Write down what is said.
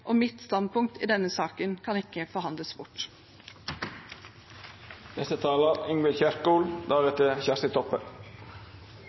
befolkningen. Mitt standpunkt i denne saken kan ikke forhandles bort.